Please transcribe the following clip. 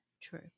true